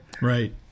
right